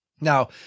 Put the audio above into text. Now